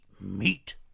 meat